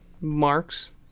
marks